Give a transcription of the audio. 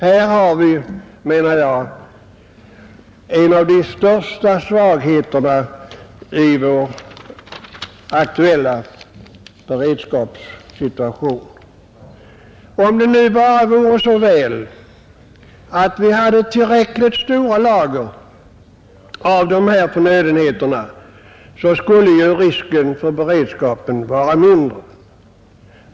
Här har vi, anser jag, en av de största svagheterna i vår aktuella beredskapssituation. Om det nu bara vore så väl att vi hade tillräckligt stora lager av dessa förnödenheter, skulle riskerna för beredskapen vara mindre.